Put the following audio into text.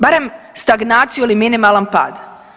Barem stagnaciju ili minimalan pad.